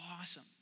awesome